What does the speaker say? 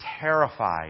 terrified